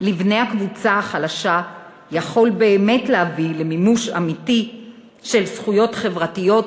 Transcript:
לבני הקבוצה החלשה יכול באמת להביא למימוש אמיתי של זכויות חברתיות,